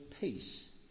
peace